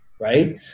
right